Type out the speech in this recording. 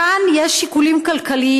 כאן יש שיקולים כלכליים.